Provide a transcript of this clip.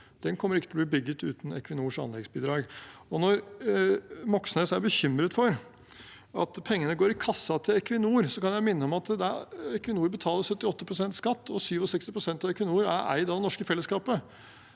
Den kommer ikke til å bli bygget uten Equinors anleggsbidrag. Når Moxnes er bekymret for at pengene går i kassa til Equinor, kan jeg minne om at Equinor betaler 78 pst. skatt, og at 67 pst. av Equinor er eid av det norske fellesskapet.